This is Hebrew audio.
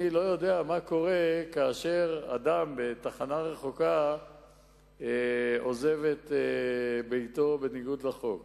אני לא יודע מה קורה כאשר אדם בתחנה רחוקה עוזב את ביתו בניגוד לחוק.